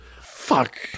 Fuck